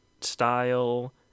style